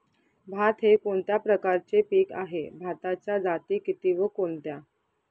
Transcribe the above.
भात हे कोणत्या प्रकारचे पीक आहे? भाताच्या जाती किती व कोणत्या?